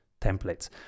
templates